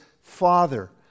Father